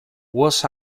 was